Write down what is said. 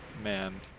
Man